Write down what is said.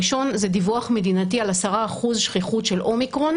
הראשון זה דיווח מדינתי על 10% שכיחות של אומיקרון